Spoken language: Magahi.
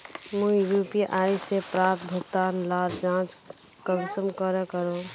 मुई यु.पी.आई से प्राप्त भुगतान लार जाँच कुंसम करे करूम?